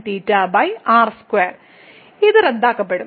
sinθ r2 ഇത് റദ്ദാക്കപ്പെടും